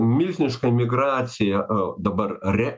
milžiniška emigracija o dabar re